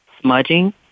smudging